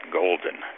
golden